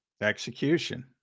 Execution